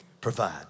provide